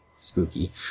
spooky